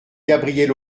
gabriel